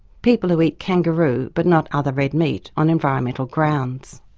people who eat kangaroo but not other red meat on environmental grounds.